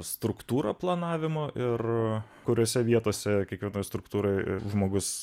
struktūrą planavimo ir kuriose vietose kiekvienoj struktūroj žmogus